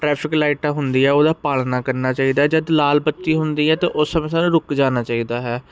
traffic ਲਾਈਟਾਂ ਹੁੰਦੀ ਆ ਉਹਦਾ ਪਾਲਨਾ ਕਰਨਾ ਚਾਹੀਦਾ ਜਦ ਲਾਲ ਬੱਤੀ ਹੁੰਦੀ ਹੈ ਅਤੇ ਉਸ ਸਮੇਂ ਰੁਕ ਜਾਣਾ ਚਾਹੀਦਾ ਹੈ